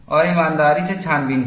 और ईमानदारी से छानबीन की